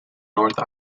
north